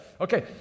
Okay